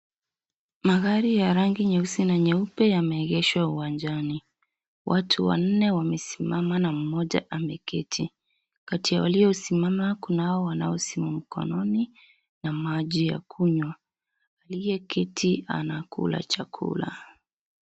Magari ya rangi nyueusi na nyeupe yameegeshwa uwanjani. Watu wanne wamesimama na mmoja ame keti. Kati ya waliosimama, kuna hawa wanaosimu mkononi na maji ya kunywa, aliye kiti anakula chakula.